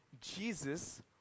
Jesus